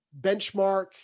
benchmark